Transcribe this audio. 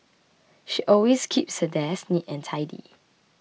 she always keeps her desk neat and tidy